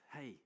hey